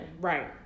Right